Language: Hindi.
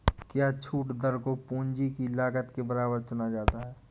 क्या छूट दर को पूंजी की लागत के बराबर चुना जाता है?